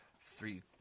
three